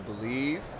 believe